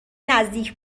نزدیک